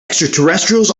extraterrestrials